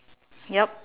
yup